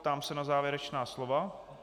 Ptám se na závěrečná slova.